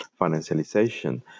financialization